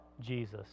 Jesus